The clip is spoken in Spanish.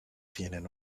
tienen